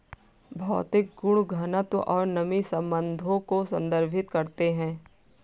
भौतिक गुण घनत्व और नमी संबंधों को संदर्भित करते हैं